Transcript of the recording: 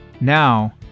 Now